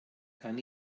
kann